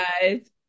guys